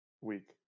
week